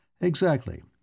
Exactly